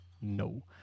no